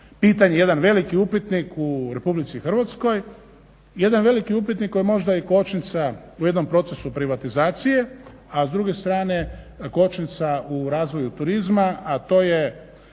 pitanje, jedan veliki upitnik u Republici Hrvatskoj, jedan veliki upitnik koji je možda i kočnica u jednom procesu privatizacije, a s druge strane kočnica u razvoju turizma, a to je